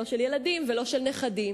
לא של ילדים ולא של נכדים,